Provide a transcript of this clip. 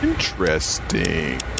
Interesting